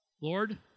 Lord